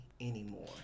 anymore